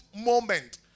moment